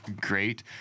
great